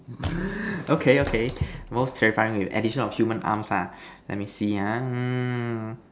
okay okay most terrifying way with addition of human arms ah let me see ah mm